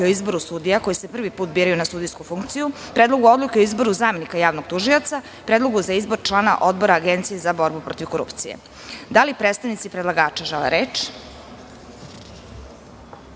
o izboru sudija koji se prvi put biraju na sudijsku funkciju, Predlogu odluke o izboru zamenika javnog tužioca i Predlogu za izbor člana Odbora agencije za borbu protiv korupcije. Da li predstavnici predlagača žele